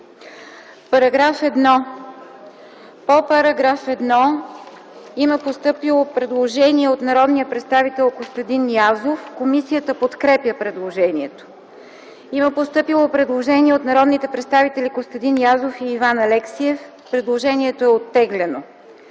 МИХАЙЛОВА: По § 1 има постъпило предложение от народния представител Костадин Язов. Комисията подкрепя предложението. Има постъпило предложение от народните представители Костадин Язов и Иван Алексиев. Предложението е оттеглено.